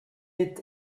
est